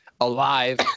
alive